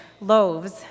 loaves